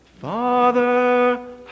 Father